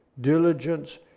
diligence